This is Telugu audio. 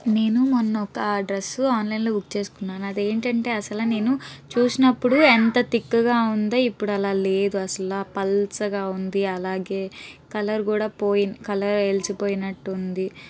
నేను మొన్న ఒక డ్రెస్ ఆన్లైన్లో బుక్ చేసుకున్నాను అది ఏంటంటే అసలు నేను చూసినప్పుడు ఎంత థిక్గా ఉందో ఇప్పుడు అలా లేదు అసలు పలచగా ఉంది అలాగే కలర్ కూడా పోయింది కలర్ వెలిచిపోయినట్టు ఉంది